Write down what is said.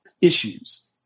issues